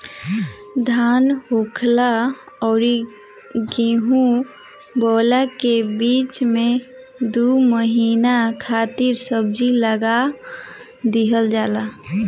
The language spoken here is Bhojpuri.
धान होखला अउरी गेंहू बोअला के बीच में दू महिना खातिर सब्जी लगा दिहल जाला